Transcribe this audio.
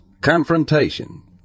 Confrontation